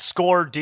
Score